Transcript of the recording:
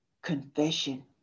confession